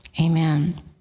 Amen